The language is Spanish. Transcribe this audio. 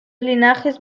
linajes